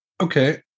Okay